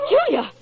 Julia